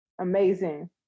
amazing